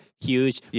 huge